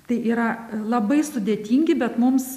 tai yra labai sudėtingi bet mums